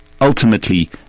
Ultimately